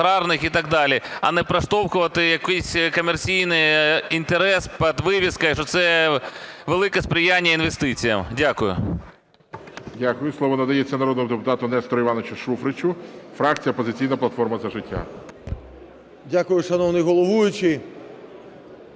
Дякую, шановний головуючий.